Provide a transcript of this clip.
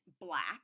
black